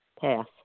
Pass